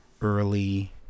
early